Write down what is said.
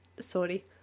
Sorry